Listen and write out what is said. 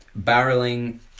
barreling